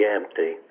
empty